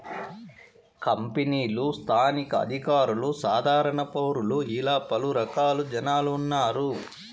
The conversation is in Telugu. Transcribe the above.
కంపెనీలు స్థానిక అధికారులు సాధారణ పౌరులు ఇలా పలు రకాల జనాలు ఉన్నారు